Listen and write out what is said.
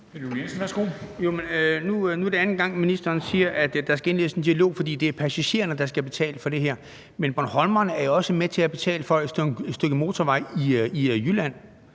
Nu er det anden gang, at ministeren siger, at der skal indledes en dialog, fordi det er passagererne, der skal betale for det her. Men bornholmerne er jo også med til at betale for et stykke motorvej i Jylland.